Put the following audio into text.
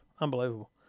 Unbelievable